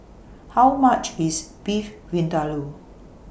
How much IS Beef Vindaloo